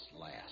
last